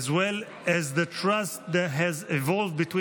as well as the trust that has evolved between